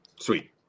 sweet